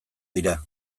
dira